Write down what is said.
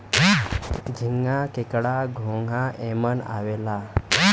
झींगा, केकड़ा, घोंगा एमन आवेला